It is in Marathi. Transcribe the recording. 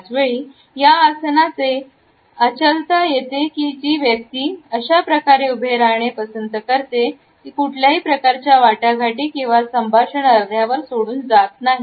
त्याचवेळी या आसनाचे अच् लता येते की जी व्यक्ती अशा प्रकारे उभे राहणे पसंत करते कुठल्याही प्रकारच्या वाटाघाटी किंवा संभाषण अर्ध्यावर सोडून जात नाही